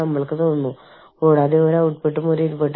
പക്ഷേ ഇതിന് വളരെ നല്ല ഉദാഹരണമാണ് ഔട്ട്സോഴ്സ് ചെയ്ത ഒരു ടിവി സീരീസ്